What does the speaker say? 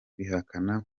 bihakana